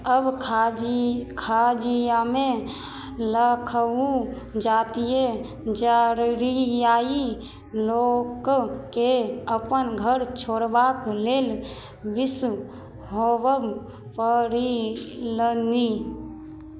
अब खाजी खाजिआमे लखउ जातिय जाररियाइ लोककेँ अपन घर छोड़बाक लेल विश्व होबए पड़िलनि